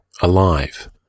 alive